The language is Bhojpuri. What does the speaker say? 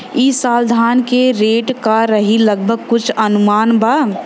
ई साल धान के रेट का रही लगभग कुछ अनुमान बा?